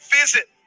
visit